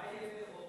מה יהיה באירופה?